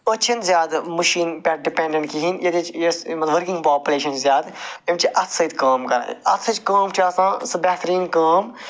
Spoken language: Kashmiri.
أسۍ چھِنہٕ زیادٕ مٕشیٖن پٮ۪ٹھ ڈِپٮ۪نڈنٛٹ کِہیٖنۍ ییٚتہِ ؤرکِنٛگ پاپلیٚشن چھِ زیادٕ یِم چھِ اتھ سۭتۍ کٲم کَران اتھ سۭتۍ چھِ کٲم کَران اَتھٕچ کٲم چھِ آسان سٕہ بہترین کٲم